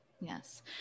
Yes